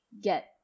get